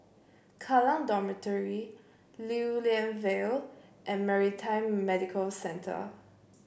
Kallang Dormitory Lew Lian Vale and Maritime Medical Centre